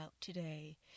today